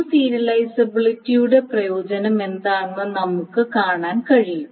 view സീരിയലിസബിലിറ്റിയുടെ പ്രയോജനം എന്താണെന്ന് നമുക്ക് കാണാൻ കഴിയും